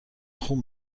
خون